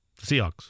Seahawks